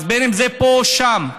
אם זה פה או שם.